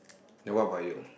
then what about you